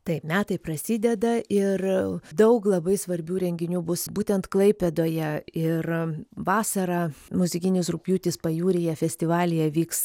taip metai prasideda ir daug labai svarbių renginių bus būtent klaipėdoje ir vasarą muzikinis rugpjūtis pajūryje festivalyje vyks